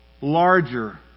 larger